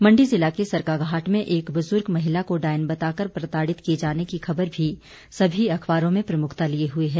मंडी जिला के सरकाघाट में एक बुजुर्ग महिला को डायन बताकर प्रताड़ित किए जाने की खबर भी सभी अखबारों में प्रमुखता लिए हुए है